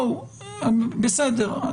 בסדר,